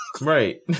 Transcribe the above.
right